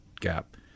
gap